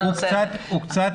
הוא קצת